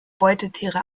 beutetiere